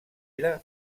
era